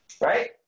Right